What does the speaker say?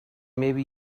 maybe